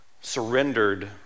surrendered